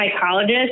psychologist